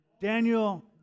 Daniel